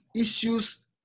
issues